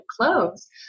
clothes